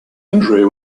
injury